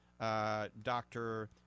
doctor –